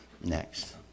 Next